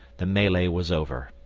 the melee was over.